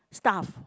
stuff